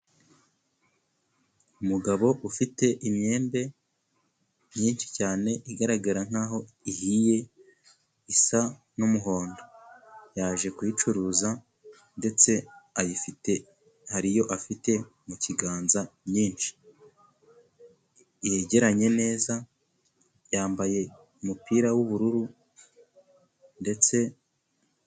Umugabo ufite imyembe myinshi cyane, igaragara nkaho ihiye isa n'umuhondo, yaje kuyicuruza ndetse ayifite hariyo afite mu kiganza yegeranye neza, yambaye umupira w'ubururu ndetse.